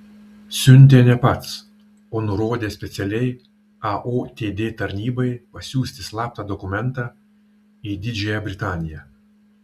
siuntė ne pats o nurodė specialiai aotd tarnybai pasiųsti slaptą dokumentą į didžiąją britaniją